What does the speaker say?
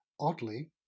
Oddly